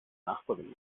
nachbarin